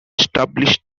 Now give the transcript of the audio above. establish